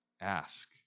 ask